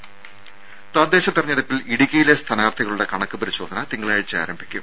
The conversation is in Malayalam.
രംഭ തദ്ദേശ തിരഞ്ഞെടുപ്പിൽ ഇടുക്കിയിലെ സ്ഥാനാർത്ഥികളുടെ കണക്ക് പരിശോധന തിങ്കളാഴ്ച്ച ആരംഭിക്കും